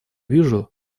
вижу